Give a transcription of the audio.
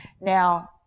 Now